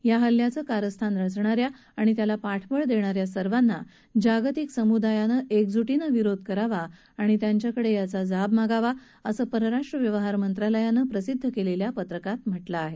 या हल्ल्याचं कारस्थान रचणाऱ्या आणि त्याला पाठबळ देणाऱ्या सर्वांना जागतिक समृदायानं एकजू नि विरोध करावा आणि त्यांच्याकडे याचा जाब मागावा असं परराष्ट्र व्यवहार मंत्रालयानं प्रसिद्ध केलेल्या पत्रकात म्हाऊं आहे